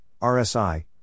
RSI